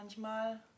Manchmal